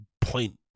point